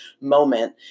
moment